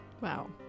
Wow